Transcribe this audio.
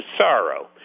sorrow